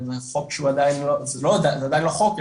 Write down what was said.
זה עדיין לא חוק,